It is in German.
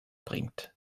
bringt